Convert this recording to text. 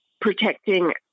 protecting